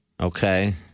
Okay